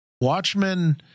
Watchmen